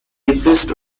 replaced